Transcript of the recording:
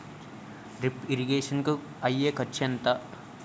Drip irrigation కూ అయ్యే ఖర్చు ఎంత?